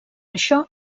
això